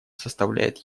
составляет